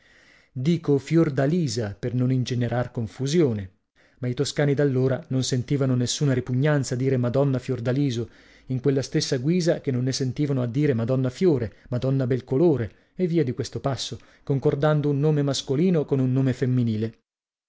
dico fiordalisa per non ingenerar confusione ma i toscani d'allora non sentivano nessuna ripugnanza a dire madonna fiordaliso in quella stessa guisa che non ne sentivano a dire madonna fiore madonna belcolore e via di questo passo concordando un nome mascolino con un nome femminile